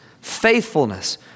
faithfulness